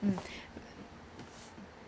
mm